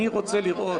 אני רוצה לראות,